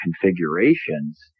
configurations